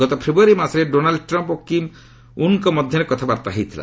ଗତ ଫେବୟାରୀ ମାସରେ ଡୋନାଲ୍ଡ୍ ଟ୍ରମ୍ପ୍ ଓ କିମ୍ ଜୋଙ୍ଗ୍ ଉନ୍ଙ୍କ ମଧ୍ୟରେ କଥାବାର୍ତ୍ତା ହୋଇଥିଲା